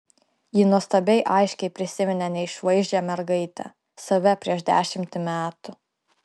ji nuostabiai aiškiai prisiminė neišvaizdžią mergaitę save prieš dešimtį metų